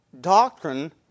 doctrine